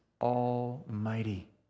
almighty